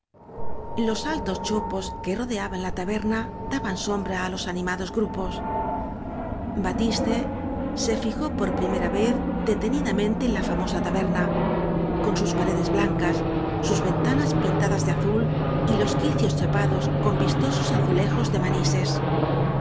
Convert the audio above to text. los altos chopos que rodeaban la taberna daban sombra á los animados grupos batiste se fijó por primera vez detenida mente en la famosa taberna con sus paredes blancas sus ventanas pintadas de azul y los quicios chapados con vistosos azulejos de